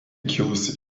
kilusi